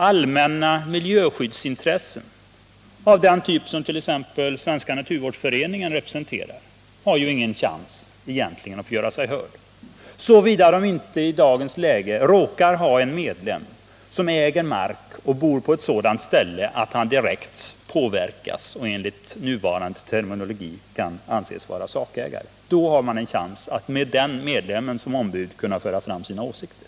Allmänna miljöskyddsintressen av den typ som t.ex. Svenska naturvårdsföreningen representerar har egentligen ingen chans att göra sig hörda, såvida de inte råkar ha en medlem som äger mark och bor på ett sådant ställe att han direkt påverkas och, enligt nuvarande terminologi, kan anses vara sakägare. Då har man en chans att, med den medlemmen som ombud, föra fram sina åsikter.